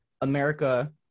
America